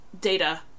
Data